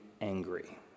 angry